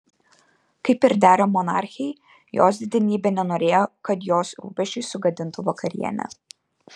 kaip ir dera monarchei jos didenybė nenorėjo kad jos rūpesčiai sugadintų vakarienę